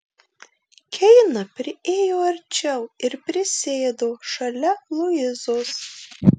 keina priėjo arčiau ir prisėdo šalia luizos